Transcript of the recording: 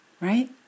right